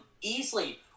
easily